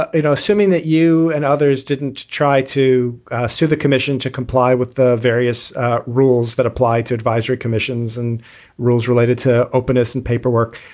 you know, assuming that you and others didn't try to sue the commission to comply with the various rules that apply to advisory commissions and rules related to openness and paperwork,